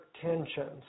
tensions